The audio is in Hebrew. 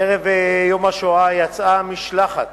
ערב יום השואה יצאה משלחת